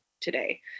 today